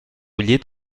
llit